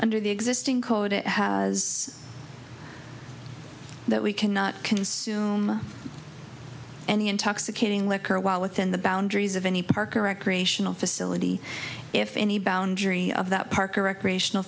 under the existing code it has that we cannot consume any intoxicating liquor well within the boundaries of any park or recreational facility if any boundary of that park or recreational